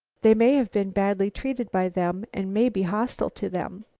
they may have been badly treated by them and may be hostile to them.